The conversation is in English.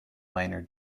minor